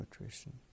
nutrition